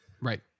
Right